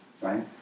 Right